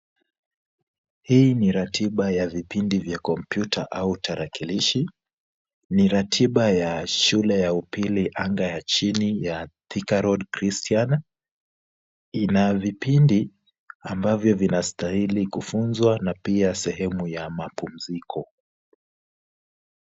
Hii ni ratiba za vipindi vya kompyuta au tarakilishi. Ni ratiba ya shule ya upili anga ya chini ya Thika Road Christian. Ina vipindi ambavyo vinastahili kufunzwa na pia sehemu ya mapumziko.